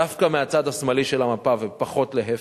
דווקא מהצד השמאלי של המפה, ופחות, להיפך,